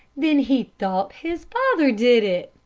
then he thought his father did it!